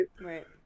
right